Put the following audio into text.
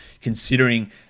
considering